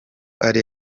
ari